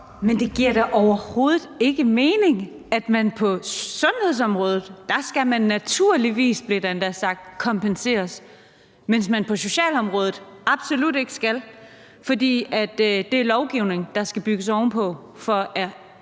Men det giver da overhovedet ikke mening, at man på sundhedsområdet – »naturligvis«, blev der endda sagt – skal kompenseres, mens man på socialområdet absolut ikke skal, fordi det er lovgivning, som der skal bygges oven på, for at